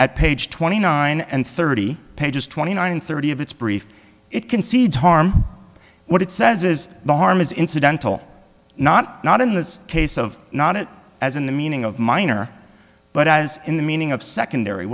at page twenty nine and thirty pages twenty nine thirty of it's brief it concedes harm what it says is the harm is incidental not not in this case of not it as in the meaning of minor but as in the meaning of secondary